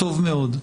טוב מאוד.